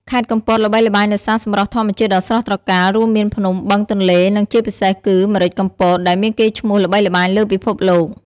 ខេត្តកំពតល្បីល្បាញដោយសារសម្រស់ធម្មជាតិដ៏ស្រស់ត្រកាល រួមមានភ្នំ បឹង ទន្លេ និងជាពិសេសគឺ ម្រេចកំពត ដែលមានកេរ្តិ៍ឈ្មោះល្បីល្បាញលើពិភពលោក។